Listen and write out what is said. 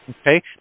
Okay